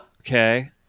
Okay